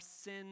sin